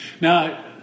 Now